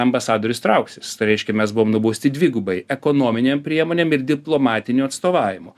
ambasadorius trauksis tai reiškia mes buvom nubausti dvigubai ekonominėm priemonėm ir diplomatiniu atstovavimu